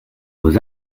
vos